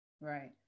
Right